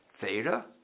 Theta